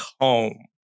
home